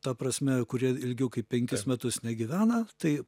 ta prasme kurie ilgiau kaip penkis metus negyvena tai